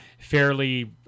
fairly